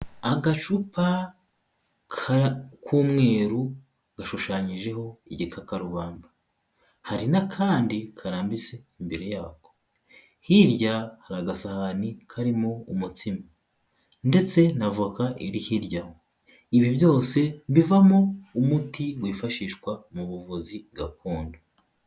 Agacupa ka k'umweru gashushanyijeho igikakarubamba, hari n'akandi karambitse imbere yako, hirya hari agasahani karimo umutsima, ndetse na voka iri hirya, ibi byose bivamo umuti wifashishwa mu buvuzi gakondo.